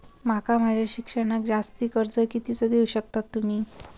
माका माझा शिक्षणाक जास्ती कर्ज कितीचा देऊ शकतास तुम्ही?